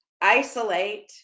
isolate